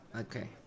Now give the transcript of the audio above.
Okay